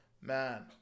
Man